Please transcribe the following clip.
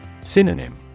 Synonym